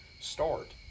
start